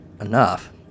enough